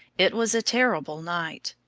it was a terrible night.